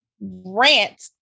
rant